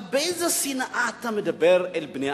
אבל באיזה שנאה אתה מדבר אל בני-אדם?